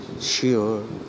Sure